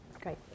Great